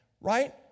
right